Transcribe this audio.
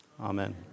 amen